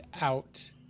out